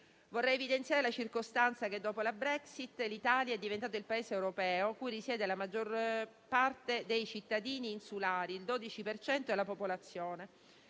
Vorrei evidenziare la circostanza che, dopo la Brexit, l'Italia è diventato il Paese europeo in cui risiede la maggior parte dei cittadini insulari: il 12 per cento della popolazione.